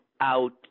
out